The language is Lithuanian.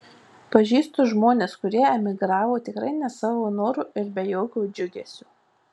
pažįstu žmones kurie emigravo tikrai ne savo noru ir be jokio džiugesio